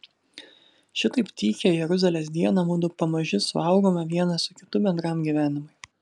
šitaip tykią jeruzalės dieną mudu pamaži suaugome vienas su kitu bendram gyvenimui